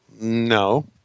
no